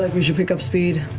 like we should pick up speed.